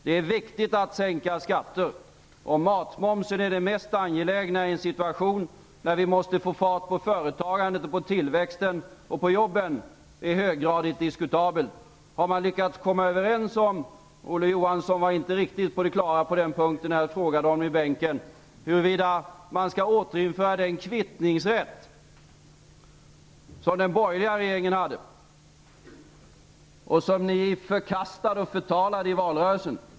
Det är viktigt att sänka skatter, men om matmomsen är den mesta angelägna i en situation när vi måste få fart på företagandet, tillväxten och jobben är höggradigt diskutabelt. Nu har man lyckats att komma överens om att man skall återinföra den kvittningsrätt som den borgerliga regeringen införde - Olof Johansson var inte riktigt på det klara med det när jag frågade honom i bänken - och som ni förkastade och förtalade i valrörelsen.